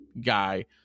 guy